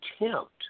attempt